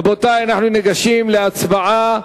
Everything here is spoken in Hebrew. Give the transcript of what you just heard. רבותי, אנחנו ניגשים להצבעה.